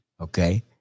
Okay